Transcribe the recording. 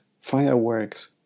fireworks